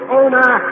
owner